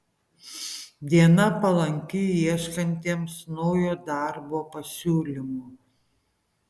diena palanki ieškantiems naujo darbo pasiūlymų